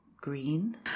green